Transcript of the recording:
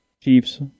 Chiefs